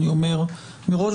אני אומר מראש,